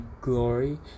glory